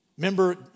Remember